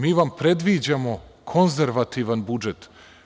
Mi vam predviđamo konzervativan budžet.